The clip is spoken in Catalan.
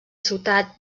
ciutat